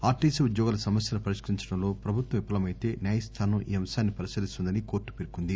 RTC ఉద్యోగుల సమస్యను పరిష్కరించడంలో ప్రభుత్వం విఫలమైతే న్యాయస్థానం ఈ అంశాన్ని పరిశీలిస్తుందని కోర్టు పేర్కొంది